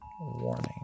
warning